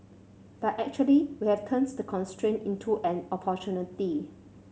but actually we have turned the constraint into an opportunity